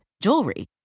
jewelry